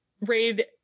Raid